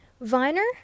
Viner